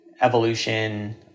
evolution